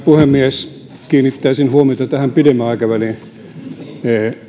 puhemies kiinnittäisin huomiota pidemmän aikavälin